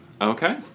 Okay